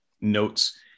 notes